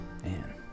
Man